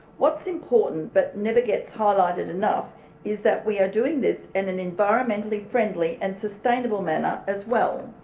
what's important but never gets highlighted enough is that we are doing this in an environmentally friendly and sustainable manner as well.